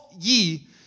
ye